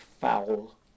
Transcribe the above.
foul